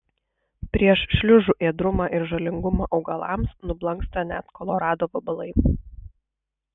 prieš šliužų ėdrumą ir žalingumą augalams nublanksta net kolorado vabalai